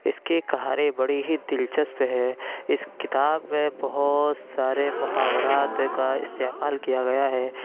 اس کی کہانی بڑی ہی دلچسپ ہے اس کتاب میں بہت سارے محاورات کا استعمال کیا گیا ہے